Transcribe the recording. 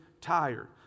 tired